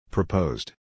Proposed